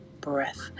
breath